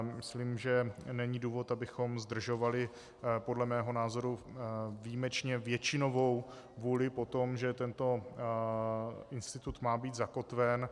Myslím, že není důvod, abychom zdržovali podle mého názoru výjimečně většinovou vůli po tom, že tento institut má být zakotven.